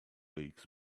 leagues